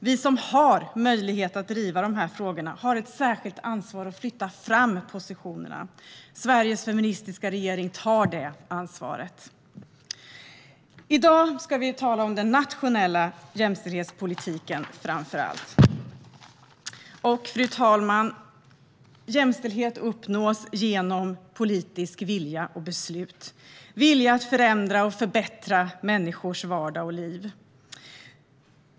Vi som har möjlighet att driva dessa frågor har ett särskilt ansvar att flytta fram positionerna. Sveriges feministiska regering tar detta ansvar. I dag ska vi framför allt tala om den nationella jämställdhetspolitiken. Fru talman! Jämställdhet uppnås genom politisk vilja och politiska beslut. Den uppnås genom en vilja att förändra och förbättra människors vardag och liv.